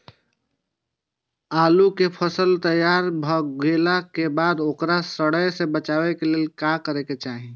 आलू केय फसल तैयार भ गेला के बाद ओकरा सड़य सं बचावय लेल की करबाक चाहि?